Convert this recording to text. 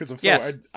yes